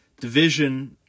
division